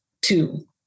two